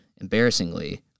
embarrassingly